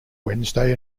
wednesday